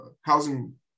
housing